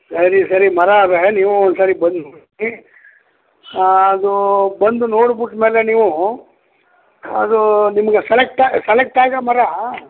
ಸರಿ ಸರಿ ಮರ ಇದೆ ನೀವೂ ಒಂದು ಸರಿ ಬನ್ನಿ ನೋಡಿ ಅದು ಬಂದು ನೋಡ್ಬಿಟ್ ಮೇಲೆ ನೀವು ಅದು ನಿಮಗೆ ಸೆಲೆಕ್ಟ ಸೆಲೆಕ್ಟ್ ಆಗೋ ಮರ